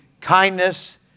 kindness